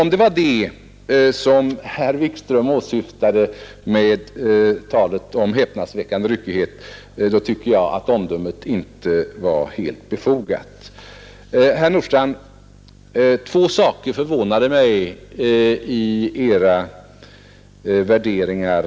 Om det var detta som herr Wikström åsyftade med talet om häpnadsväckande ryckighet, tycker jag att omdömet inte var helt befogat. Herr Nordstrandh, två saker förvånade mig i Era påpekanden.